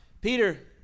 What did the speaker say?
Peter